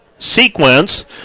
sequence